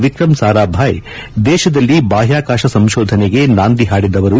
ವಿಕ್ರಂ ಸಾರಾಭಾಯಿ ದೇಶದಲ್ಲಿ ಬಾಹ್ಯಾಕಾಶ ಸಂಶೋಧನೆಗೆ ನಾಂದಿ ಹಾಡಿದವರು